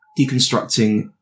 deconstructing